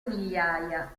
migliaia